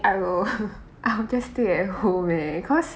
I will I will just stay at home eh cause